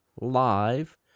Live